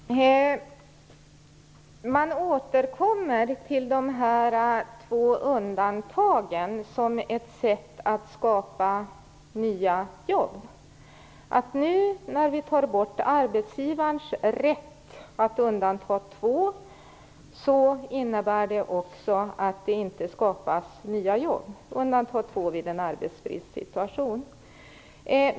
Herr talman! Man återkommer till de två undantagen som ett sätt att skapa nya jobb. Men att nu ta bort arbetsgivarens rätt att undanta två i en arbetsbristsituation innebär att det inte skapas nya jobb.